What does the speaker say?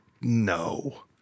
No